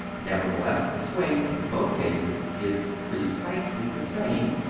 nevertheless, the swing in both cases is precisely the same,